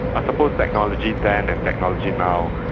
i suppose technology then and technology now,